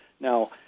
Now